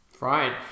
Right